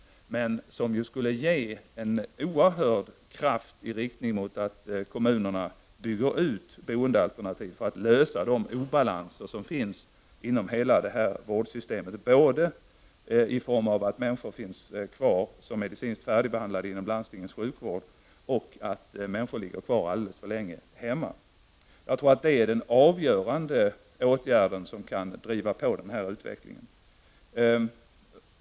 Det betalningsansvaret skulle innebära en oerhört kraftig påverkan i riktning mot att kommunerna bygger ut boendealternativen för att komma till rätta med de obalanser som finns inom hela detta vårdsystem, både i form av att människor som är medicinskt färdigbehandlade finns kvar inom landstingets sjukvård och att människor finns kvar hemma alldeles för länge. Jag tror att det är den åtgärd som kan driva på denna utveckling.